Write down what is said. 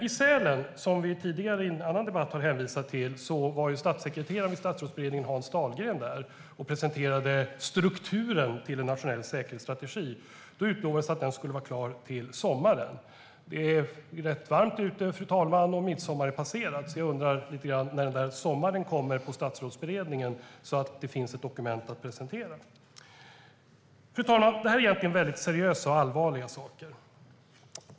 I Sälen, som vi har hänvisat till i en tidigare debatt, var statssekreteraren i Statsrådsberedningen Hans Dahlgren närvarande och presenterade strukturen till en nationell säkerhetsstrategi. Då utlovades det att den skulle vara klar till sommaren. Det är rätt varmt ute, fru talman, och midsommar är passerad, så jag undrar lite grann när sommaren kommer på Statsrådsberedningen, så att det finns ett dokument att presentera. Fru talman! Detta är egentligen väldigt seriösa och allvarliga frågor.